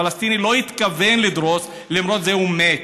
הפלסטיני לא התכוון לדרוס ולמרות זה הוא מת.